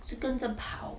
是跟着跑